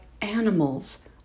animals